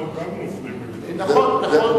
נפגעי הטרור גם נופלים, נכון, נכון.